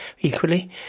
equally